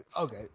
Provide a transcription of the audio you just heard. okay